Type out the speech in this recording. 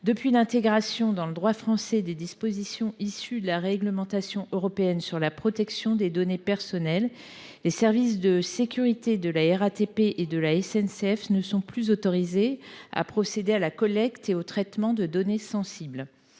Depuis l’intégration dans le droit français des dispositions issues de la réglementation européenne sur la protection des données personnelles, les services de sécurité de la RATP et de la SNCF ne sont plus autorisés à procéder à la collecte et au traitement de données sensibles.